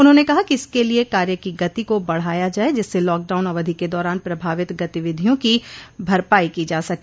उन्होंने कहा कि इसके लिये कार्य की गति को बढ़ाया जाये जिससे लॉकडाउन अवधि के दौरान प्रभावित गतिविधियों की भरपाई की जा सके